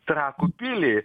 trakų pilį